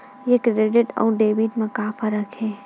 ये क्रेडिट आऊ डेबिट मा का फरक है?